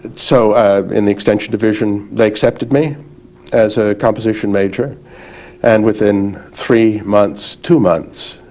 but so in the extension division they accepted me as a composition major and within three months, two months,